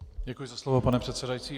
Děkuji za slovo, pane předsedající.